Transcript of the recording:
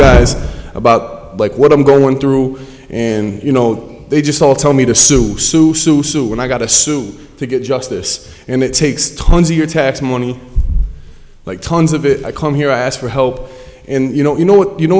guys about like what i'm going through and you know they just all tell me to sue sue sue sue when i got to sue to get justice and it takes tons of your tax money like tons of it i come here i ask for help and you know you know what you know